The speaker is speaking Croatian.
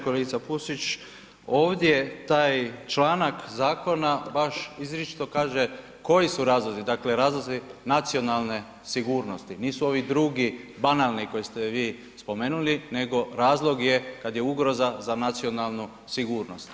Kolegice Pusić, ovdje taj članak zakona baš izričito kaže koji su razlozi, dakle razlozi nacionalne sigurnosti, nisu ovi drugi banalni koje ste vi spomenuli nego razlog je kad je ugroza za nacionalnu sigurnost.